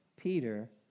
Peter